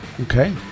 Okay